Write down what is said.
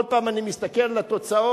כל פעם אני מסתכל על התוצאות,